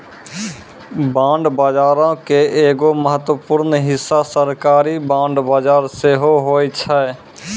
bond बजारो के एगो महत्वपूर्ण हिस्सा सरकारी बांड बजार सेहो होय छै